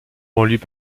banlieue